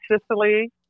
Sicily